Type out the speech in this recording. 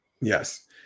Yes